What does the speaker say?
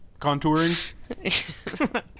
contouring